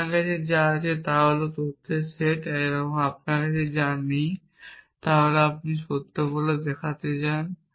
আপনার কাছে যা আছে তা হল তথ্যের সেট আপনার কাছে যা নেই তা আপনি সত্য বলে দেখাতে চান